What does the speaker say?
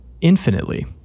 infinitely